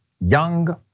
young